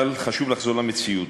אבל חשוב לחזור למציאות,